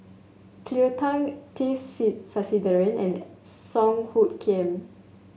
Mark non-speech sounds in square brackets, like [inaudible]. Cleo Thang T [unintelligible] Sasitharan and Song Hoot Kiam